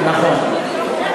נכון.